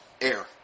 air